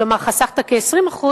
כלומר חסכת כ-20%,